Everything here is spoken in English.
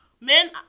Men